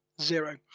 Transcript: zero